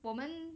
我们